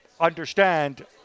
understand